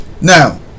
Now